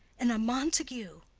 and a montague?